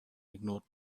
ignored